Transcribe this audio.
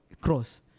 cross